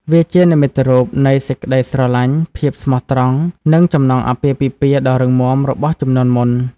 វាជានិមិត្តរូបនៃ សេចក្ដីស្រឡាញ់ ភាពស្មោះត្រង់ និង ចំណងអាពាហ៍ពិពាហ៍ ដ៏រឹងមាំរបស់ជំនាន់មុន។